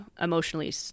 emotionally